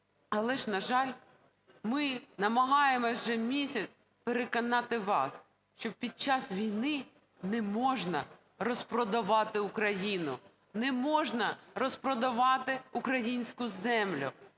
Але ж, на жаль, ми намагаємося вже місяць переконати вас, що під час війни не можна розпродавати Україну. Не можна розпродавати українську землю,